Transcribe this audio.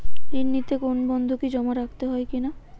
ঋণ নিতে কোনো বন্ধকি জমা রাখতে হয় কিনা?